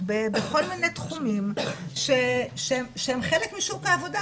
בכל מיני תחומים שהם חלק משוק העבודה,